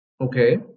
Okay